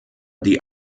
die